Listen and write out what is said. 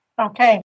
Okay